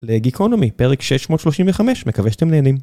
לגיקונומי, פרק 635, מקווה שאתם נהנים